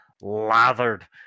lathered